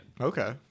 Okay